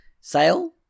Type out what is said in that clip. sale